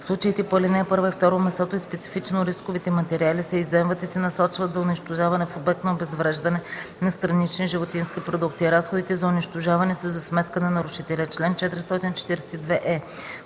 случаите по ал. 1 и 2 месото и специфично рисковите материали се изземват и се насочват за унищожаване в обект за обезвреждане на странични животински продукти. Разходите за унищожаване са за сметка на нарушителя. Чл. 442е.